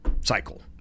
cycle